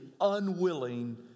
unwilling